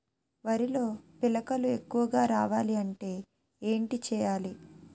వరిలో పిలకలు ఎక్కువుగా రావాలి అంటే ఏంటి చేయాలి?